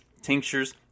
tinctures